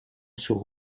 sur